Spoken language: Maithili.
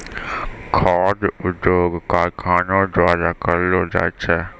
खाद्य उद्योग कारखानो द्वारा करलो जाय छै